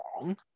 wrong